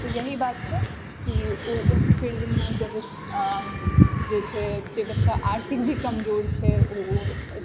तऽ यही बात छै कि ओ उस फील्डमऽ जब जे छै जे बच्चा आर्थिक भी कमजोर छै ओ